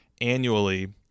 annually